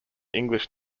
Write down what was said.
english